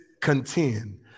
contend